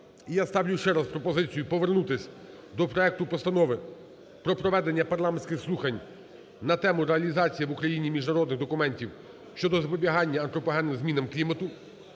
я ставлю ще раз пропозицію повернутись до проекту Постанови про проведення парламентських слухань на тему: "Реалізація в Україні міжнародних документів щодо запобігання антропогенним змінам клімату"